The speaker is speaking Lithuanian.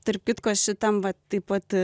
tarp kitko šitam vat taip pat